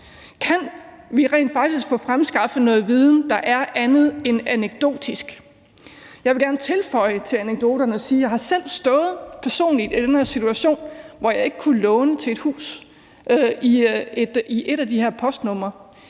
Kan vi rent faktisk få fremskaffet noget viden, der er andet end anekdotisk? Jeg vil gerne tilføje noget til anekdoterne ved at sige, at jeg selv personligt har stået i den situation, at jeg ikke kunne låne til et hus, som ligger i et af de her postnumre.